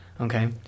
okay